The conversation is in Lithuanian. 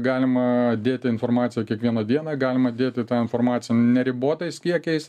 galima dėti informaciją kiekvieną dieną galima dėti tą informaciją neribotais kiekiais